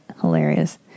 Hilarious